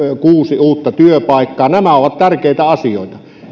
uutta työpaikkaa nämä ovat tärkeitä asioita